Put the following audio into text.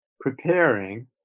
preparing